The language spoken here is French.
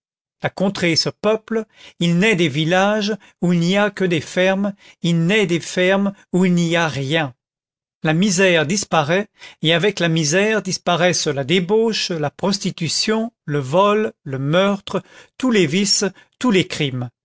la contrée se peuple il naît des villages où il n'y a que des fermes il naît des fermes où il n'y a rien la misère disparaît et avec la misère disparaissent la débauche la prostitution le vol le meurtre tous les vices tous les crimes